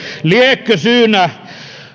liekö syynä